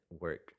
work